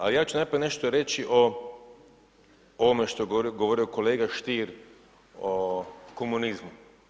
A ja ću najprije nešto reći o ovome što je govorio kolega Stier o komunizmu.